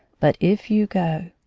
but if you go